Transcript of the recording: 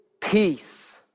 peace